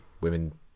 women